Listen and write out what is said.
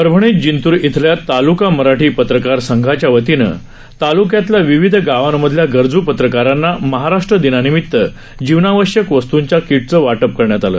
परअणीत जिंतूर इथं ताल्का मराठी पत्रकार संघाच्या वतीनं ताल्क्यातल्या विविध गावांमधल्या गरजू पत्रकारांना महाराष्ट्र दिनानिमित्त जीवनावश्यक वस्तूंच्या किटचं वाटप करण्यात आलं